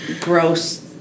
gross